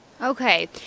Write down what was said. okay